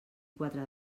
quatre